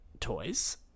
toys